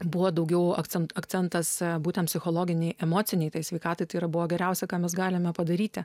buvo daugiau akcentų akcentas būtent psichologinei emocinei sveikatai tai yra buvo geriausia ką mes galime padaryti